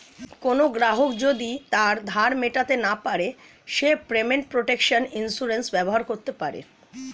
কোনো গ্রাহক যদি তার ধার মেটাতে না পারে সে পেমেন্ট প্রটেকশন ইন্সুরেন্স ব্যবহার করতে পারে